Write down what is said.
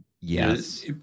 Yes